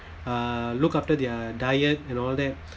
uh look after their diet and all that